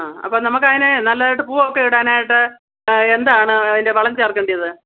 ആ അപ്പോൾ നമുക്ക് അതിന് നല്ലതായിട്ട് പൂവൊക്കെ ഇടാനായിട്ട് എന്താണ് അതിന്റെ വളം ചേര്ക്കേണ്ടത്